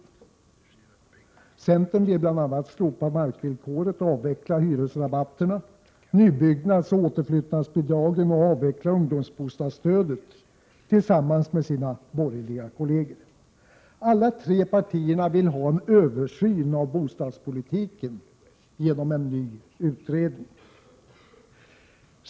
Centern vill tillsammans med sina borgerliga kolleger bl.a. slopa markvillkoret och avveckla hyresrabatterna, nybyggnadsoch återflyttningsbidragen liksom ungdomsbostadsstödet. Alla de tre partierna vill ha en översyn av bostadspolitiken genom en ny utredning.